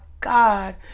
God